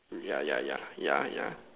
yeah yeah yeah yeah yeah